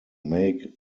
make